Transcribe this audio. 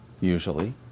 usually